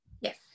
Yes